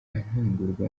ntungurwa